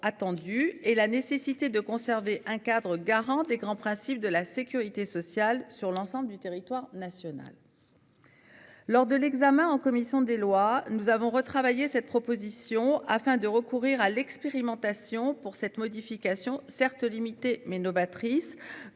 et la nécessité de conserver un cadre garant des grands principes de la sécurité sociale sur l'ensemble du territoire national. Lors de l'examen en commission des lois, nous avons retravaillé cette proposition afin de recourir à l'expérimentation pour cette modification certes limitée mais novatrice